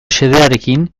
xedearekin